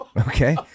Okay